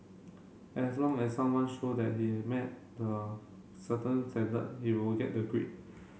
as long as someone show that he has met the certain standard he will get the grade